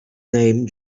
name